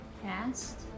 cast